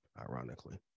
ironically